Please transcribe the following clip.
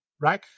right